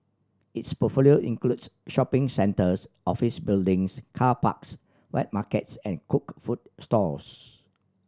its portfolio includes shopping centres office buildings car parks wet markets and cooked food stalls